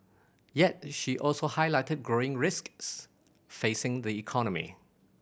yet she also highlighted growing risks facing the economy